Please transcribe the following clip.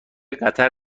قطر